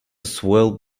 swell